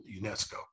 UNESCO